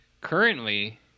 Currently